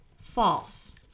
false